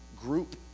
group